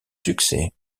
succès